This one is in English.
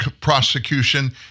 prosecution